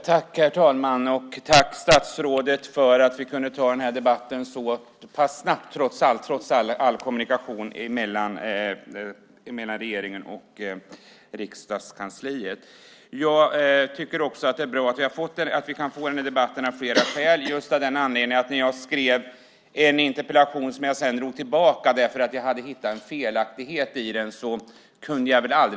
Herr talman! Jag vill tacka statsrådet för att vi kunde ta den här debatten så pass snabbt med tanke på all kommunikation mellan regeringen och riksdagens centralkansli. Att vi kan få till stånd debatten är bra av flera skäl. Ett skäl är den felaktighet jag hittade efter att jag hade skrivit interpellationen; på grund av den felaktigheten drog jag tillbaka interpellationen.